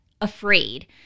afraid